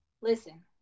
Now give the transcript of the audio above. Listen